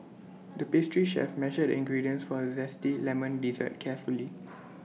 the pastry chef measured ingredients for A Zesty Lemon Dessert carefully